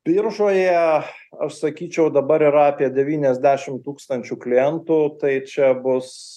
biržoje aš sakyčiau dabar yra apie devyniasdešim tūkstančių klientų tai čia bus